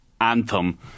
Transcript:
anthem